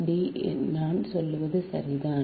D நான் சொல்வது சரிதான்